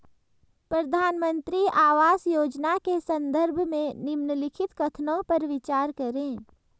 प्रधानमंत्री आवास योजना के संदर्भ में निम्नलिखित कथनों पर विचार करें?